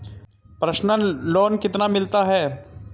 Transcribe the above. Personal loan कितना मिलता है?